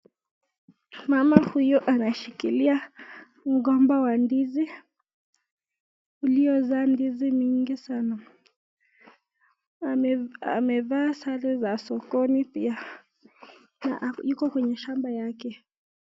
Mama huyu anashikilia mgomba wa ndizi iliyozaa ndizi mingi sana, amevaa sare za sokoni pia na yuko kwenye shamba yake.